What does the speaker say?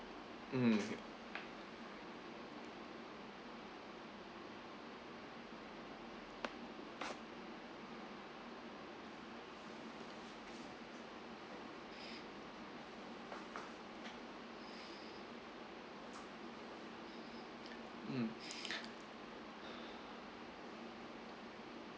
mm mm